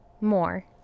more